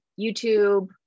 YouTube